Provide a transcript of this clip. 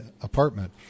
apartment